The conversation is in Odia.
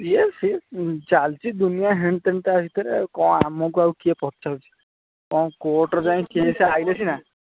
ଇଏ ସିଏ ଚାଲିଛି ଦୁନିଆ ହେନ୍ ଟେନ୍ଟା ଭିତରେ ଆଉ କ'ଣ ଆମକୁ ଆଉ କିଏ ପଚାରୁଛୁ କ'ଣ କୋର୍ଟରେ ଯାଇକି କେସ୍ ଆସିଲେ ସିନା